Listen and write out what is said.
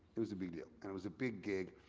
it was a big deal and it was a big gig.